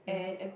mm